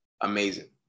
Amazing